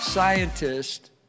scientist